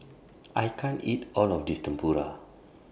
I can't eat All of This Tempura